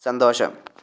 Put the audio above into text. സന്തോഷം